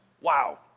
Wow